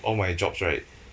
all my jobs right